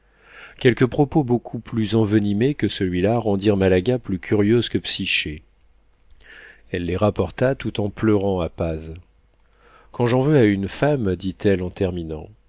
quelques propos beaucoup plus envenimés que celui-là rendirent malaga plus curieuse que psyché elle les rapporta tout en pleurant à paz quand j'en veux à une femme dit-elle en terminant